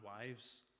wives